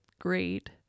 great